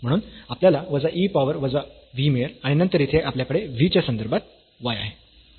म्हणून आपल्याला वजा e पॉवर वजा v मिळेल आणि नंतर येथे आपल्याकडे v च्या संदर्भात y आहे